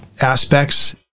aspects